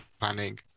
planning